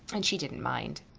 and she didn't mind.